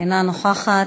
אינה נוכחת.